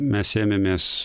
mes ėmėmės